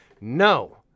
no